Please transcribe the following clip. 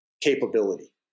capability